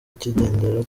akigendera